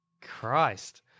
Christ